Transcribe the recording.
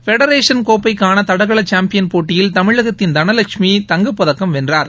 federation கோப்பைக்காள தடகள champion போட்டியில் தமிழகத்தின் தளலஷ்மி தங்கப்பதக்கம் வென்றார்